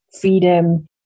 freedom